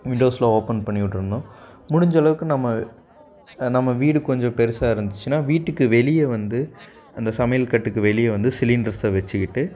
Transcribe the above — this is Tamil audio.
விண்டோஸெலாம் ஓப்பன் பண்ணிவிட்ரணும் முடிஞ்ச அளவுக்கு நம்ம நம்ம வீடு கொஞ்சம் பெருசாக இருந்துச்சுன்னால் வீட்டுக்கு வெளியே வந்து அந்த சமையல்கட்டுக்கு வெளியே வந்து சிலிண்டர்ஸை வச்சுக்கிட்டு